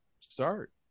start